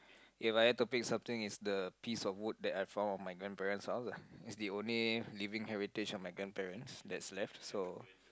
if I have to fix something it's the piece of wood that I found on my grandparent's house lah it's the only living heritage of my grandparents that's left so